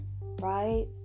right